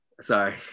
sorry